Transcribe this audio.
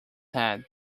head